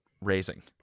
raising